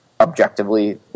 objectively